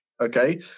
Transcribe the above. okay